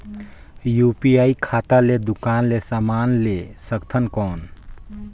UPI खाता ले दुकान ले समान ले सकथन कौन?